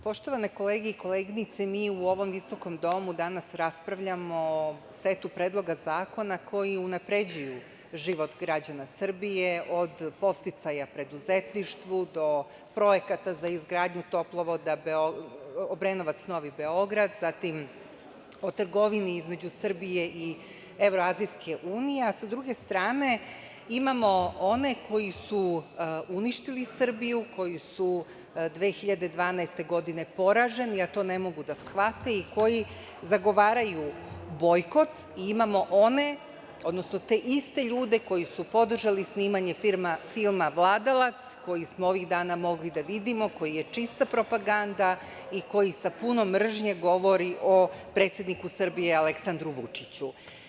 Poštovane kolege i koleginice, mi u ovom visokom Domu raspravljamo o setu predloga zakona koji unapređuju život građana Srbije od podsticaja preduzetništvu do projekata za izgradnju toplovoda Obrenovac-Novi Beograd, zatim o trgovini između Srbije i Evroazijske unije, a sa druge strane imamo one koji su uništili Srbiju, koji su 2012. godine poraženi a to ne mogu da shvate i koji zagovaraju bojkot i imamo one, odnosno te iste ljude koji su podržali snimanje filma „Vladalac“, koji smo ovih dana mogli da vidimo, koji je čista propaganda i koji sa puno mržnje govori o predsedniku Srbije Aleksandru Vučiću.